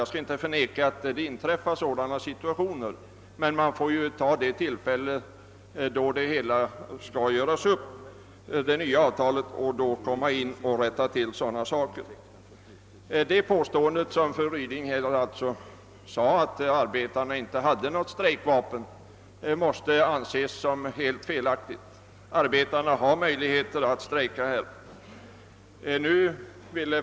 Jag skall inte förneka att sådana förhållanden kan föreligga, men man får påtala dem då det nya avtalet skall träffas. Fru Rydings påstående att arbetarna inte har möjlighet att använda strejken som vapen är felaktigt.